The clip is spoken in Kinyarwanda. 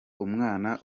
umwana